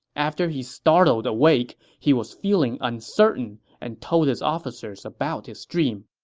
after he startled awake, he was feeling uncertain and told his officers about his dream